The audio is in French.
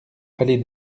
allée